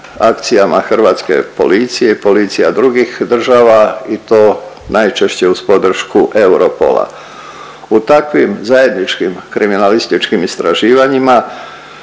akcijama Hrvatske policije i policija drugih država i to najčešće uz podršku Europol-a. U takvim zajedničkim kriminalističkim istraživanjima